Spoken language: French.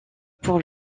pour